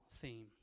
theme